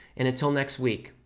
and until next week,